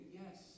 yes